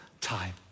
time